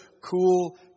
cool